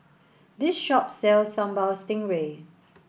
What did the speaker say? this shop sells Sambal Stingray